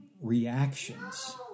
reactions